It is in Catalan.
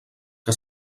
que